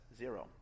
zero